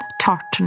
tartan